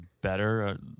better